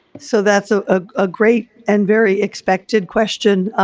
so, that's a ah a great and very expected question.